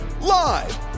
live